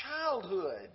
childhood